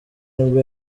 nibwo